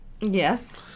Yes